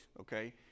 okay